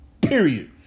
Period